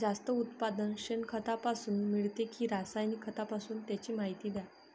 जास्त उत्पादन शेणखतापासून मिळते कि रासायनिक खतापासून? त्याची माहिती द्या